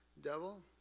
devil